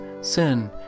sin